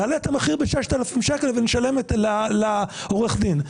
נעלה את המחיר ב-6,000 ונשלם לעורך הדין.